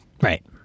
Right